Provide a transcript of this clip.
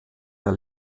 der